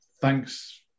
Thanks